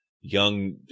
young